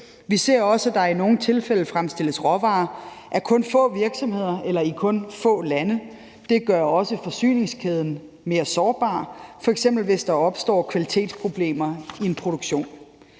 Vi ser også, at der i nogle tilfælde fremstilles råvarer af kun få virksomheder eller i kun få lande. Det gør også forsyningskæden mere sårbar, f.eks. hvis der opstår kvalitetsproblemer i en produktion.